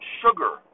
sugar